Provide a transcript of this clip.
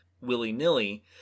willy-nilly